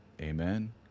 amen